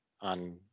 on